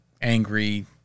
angry